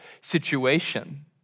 situation